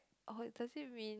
oh does it mean